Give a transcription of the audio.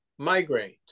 migraines